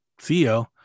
CEO